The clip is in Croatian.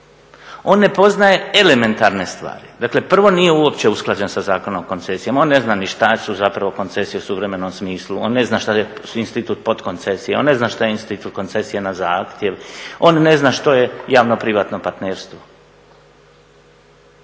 On ne poznaje elementarne stvari. Dakle, prvo nije uopće usklađen sa Zakonom o koncesijama. On ne zna ni šta su zapravo koncesije u suvremenom smislu, on ne zna šta je institut podkoncesije, on ne zna što je institut koncesije na zahtjev, on ne zna što je javno privatno partnerstvo.